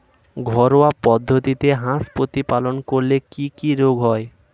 ঘরোয়া পদ্ধতিতে হাঁস প্রতিপালন করলে কি কি রোগ হয়?